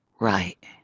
right